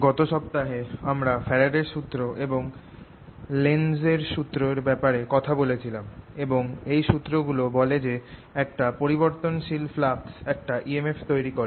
গত সপ্তাহে আমরা ফ্যারাডের সুত্র এবং লেন্জস সুত্র এর ব্যাপারে কথা বলছিলাম এবং এই সুত্র গুলো বলে যে একটা পরিবর্তনশীল ফ্লাক্স একটা EMF তৈরি করে